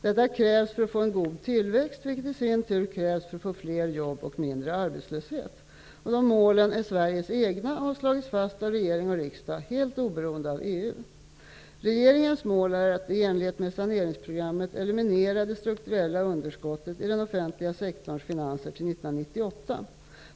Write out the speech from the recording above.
Detta krävs för att få en god tillväxt, vilket i sin tur krävs för att få fler jobb och mindre arbetslöshet. Dessa mål är Sveriges egna och har slagits fast av regering och riksdag, helt oberoende av EU. Regeringens mål är att i enlighet med saneringsprogrammet eliminera det strukturella underskottet i den offentliga sektorns finanser till 1998.